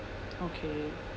okay